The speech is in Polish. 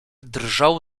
drżał